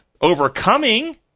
overcoming